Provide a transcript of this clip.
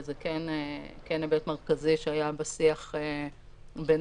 וזה כן היבט מרכזי שהיה בשיח בינינו